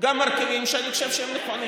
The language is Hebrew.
גם מרכיבים שאני חושב שהם נכונים.